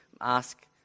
ask